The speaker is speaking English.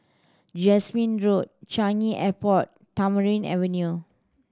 Jasmine Road Changi Airport Tamarind Avenue